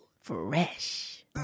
Fresh